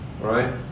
right